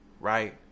right